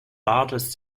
largest